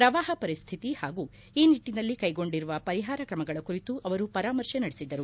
ಪ್ರವಾಪ ಪರಿಸ್ವಿತಿ ಹಾಗೂ ಈ ನಿಟ್ಟಿನಲ್ಲಿ ಕೈಗೊಂಡಿರುವ ಪರಿಹಾರ ಕ್ರಮಗಳ ಕುರಿತು ಪರಾಮರ್ಶೆ ನಡೆಸಿದರು